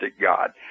God